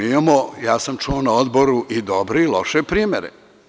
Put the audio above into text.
Imamo, čuo sam na odboru i dobre i loše primere.